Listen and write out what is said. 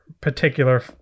particular